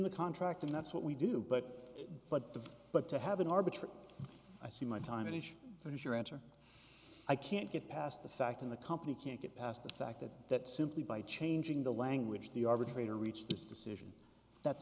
the contract and that's what we do but but the but to have an arbitrator i see my time and each as your answer i can't get past the fact in the company can't get past the fact that that simply by changing the language the arbitrator reached this decision that's